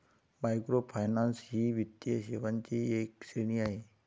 microfinance ही वित्तीय सेवांची एक श्रेणी आहे